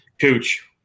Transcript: Cooch